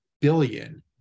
billion